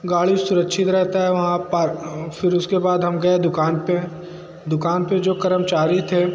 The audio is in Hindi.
गाड़ी सुरक्षित रहती है वहाँ पर फिर उसके बाद हम गए दुकान पर दुकान पर जो कर्मचारी थे